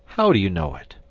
how do you know it?